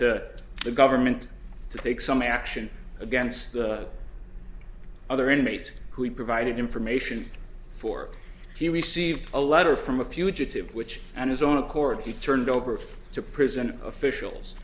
to the government to take some action against other inmates who provided information for he received a letter from a fugitive which and his own accord he turned over to prison officials